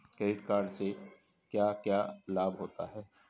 Credit card से क्या क्या लाभ होता है?